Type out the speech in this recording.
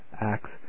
Acts